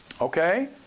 Okay